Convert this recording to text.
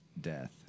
death